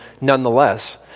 nonetheless